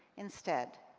instead,